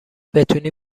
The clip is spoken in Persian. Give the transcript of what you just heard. بتونی